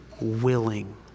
willing